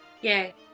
Yay